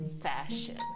fashion